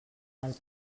del